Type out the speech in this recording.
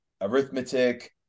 Arithmetic